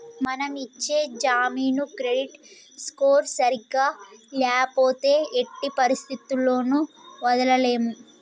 మనం ఇచ్చే జామీను క్రెడిట్ స్కోర్ సరిగ్గా ల్యాపోతే ఎట్టి పరిస్థతుల్లోను వదలలేము